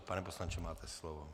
Pane poslanče, máte slovo.